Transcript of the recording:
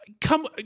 come